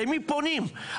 למי פונים?